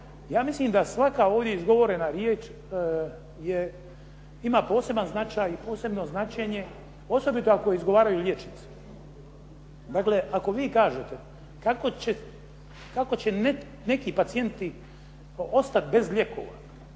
ja mislim da svaka ovdje izgovorena riječ ima poseban značaj i posebno značenje, osobito ako je izgovaraju liječnici. Dakle, ako vi kažete kako će neki pacijenti ostat bez lijekova,